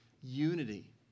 unity